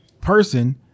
person